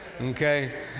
Okay